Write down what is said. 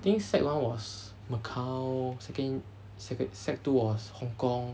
I think sec one was macau second sec~ sec two was hong kong